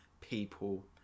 people